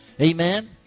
Amen